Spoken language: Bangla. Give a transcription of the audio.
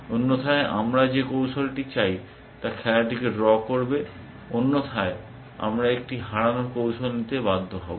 অন্যথায় আমরা যে কৌশলটি চাই তা খেলাটিকে ড্র করবে অন্যথায় আমরা একটি হারানোর কৌশল নিতে বাধ্য হব